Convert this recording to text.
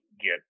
get